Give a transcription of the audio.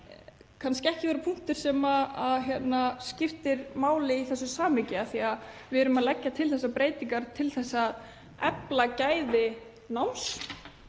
kannski ekki vera punktur sem skiptir máli í þessu samhengi af því að við erum að leggja til þessar breytingar til að efla gæði náms,